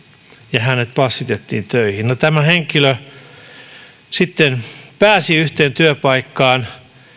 ja hänet passitettiin töihin no tämä henkilö sitten pääsi yhteen työpaikkaan